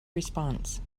response